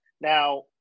now